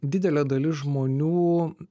didelė dalis žmonių